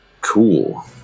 Cool